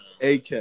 AK